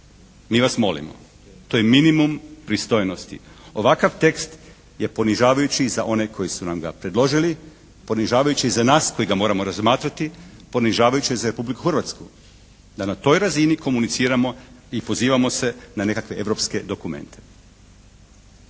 Mi vas molimo, to je minimum pristojnosti. Ovakav tekst je ponižavajući i za one koji su nam ga predložili, ponižavajući je za nas koji ga moramo razmatrati, ponižavajući je za Republiku Hrvatsku, da na toj razini komuniciramo i pozivamo se na nekakve europske dokumente.